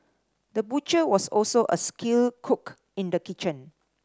the butcher was also a skilled cook in the kitchen